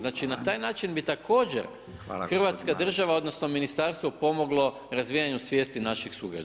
Znači, na taj način bi također hrvatska država odnosno Ministarstvo pomoglo razvijanju svijesti naših sugrađana.